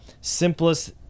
simplest